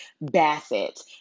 Bassett